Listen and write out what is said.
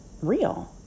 real